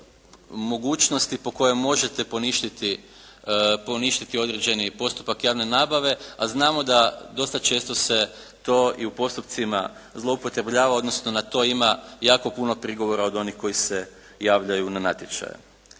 mogućnosti po kojima možete poništiti određeni postupak javne nabave, a znamo da dosta često se to i u postupcima zloupotrebljava odnosno na to ima jako puno prigovora od onih koji se javljaju na natječaje.